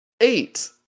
Eight